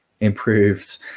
improved